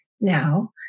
now